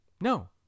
No